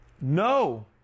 No